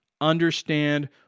understand